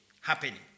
happening